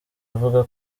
avuga